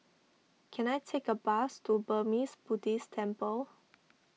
can I take a bus to Burmese Buddhist Temple